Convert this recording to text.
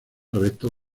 restos